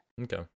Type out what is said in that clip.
Okay